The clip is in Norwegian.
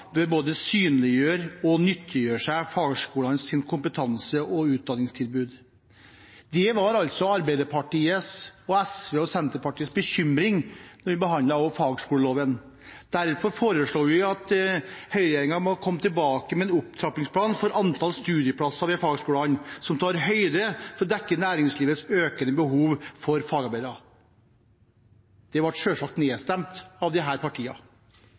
synliggjøre og nyttiggjøre seg fagskolenes kompetanse og utdanningstilbud. Det var Arbeiderpartiet, SV og Senterpartiets bekymring da vi behandlet fagskoleloven. Derfor foreslår vi at høyreregjeringen må komme tilbake med en opptrappingsplan for antall studieplasser ved fagskolene som tar høyde for å dekke næringslivets økende behov for fagarbeidere. Det ble selvsagt nedstemt av